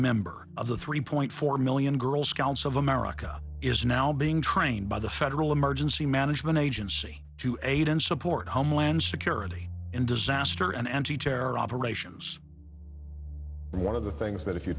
member of the three point four million girls council of america is now being trained by the federal emergency management agency to aid and support homeland security and disaster and anti terror operations one of the things that if you